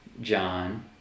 John